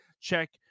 check